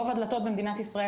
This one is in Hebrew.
רוב הדלתות במדינת ישראל,